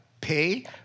pay